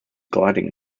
gliding